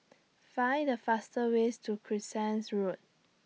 Find The fastest Way to Crescent Road